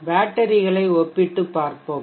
பேட்டரிகளை ஒப்பிட்டுப் பார்ப்போம்